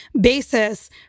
basis